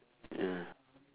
ya